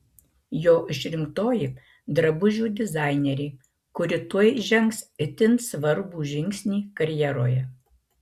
jo išrinktoji drabužių dizainerė kuri tuoj žengs itin svarbų žingsnį karjeroje